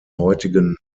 heutigen